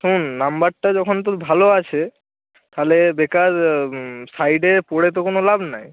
হুম নাম্বারটা যখন তোর ভালো আছে তাহলে বেকার সাইডে পড়ে তো কোনো লাভ নেই